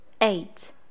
Eight